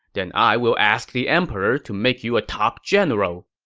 then i will ask the emperor to make you a top general.